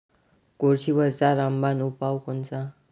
कोळशीवरचा रामबान उपाव कोनचा?